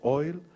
oil